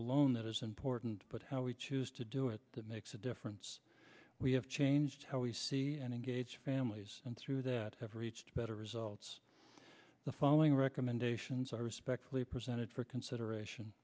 alone that is important but how we choose to do it makes a difference we have changed how we see and engage families and through that have reached better results the following recommendations i respectfully presented for consideration